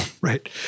right